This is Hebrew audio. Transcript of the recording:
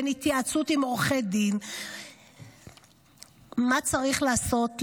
בין התייעצות עם עורכי דין על מה צריך לעשות,